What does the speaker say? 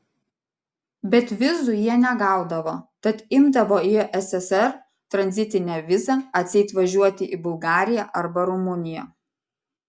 bet vizų jie negaudavo tad imdavo į sssr tranzitinę vizą atseit važiuoti į bulgariją arba rumuniją